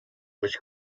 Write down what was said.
was